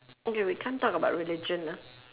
okay we can't talk about religion ah